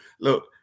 Look